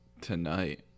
tonight